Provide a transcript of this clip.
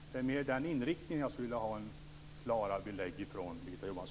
Det är mer den inriktningen som jag skulle vilja ha klara belägg för från